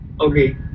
Okay